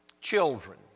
Children